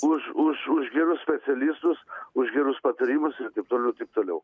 už už už gerus specialistus už gerus patarimus ir taip toliau ir taip toliau